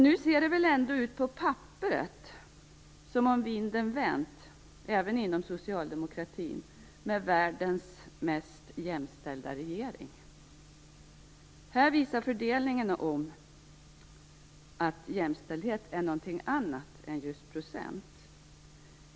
Nu ser det väl ändå ut på papperet som om vinden vänt även inom socialdemokratin, med "världens mest jämställda regering". Här visar fördelningen att jämställdhet är något annat än just procent.